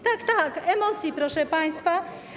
Tak, tak, emocji, proszę państwa.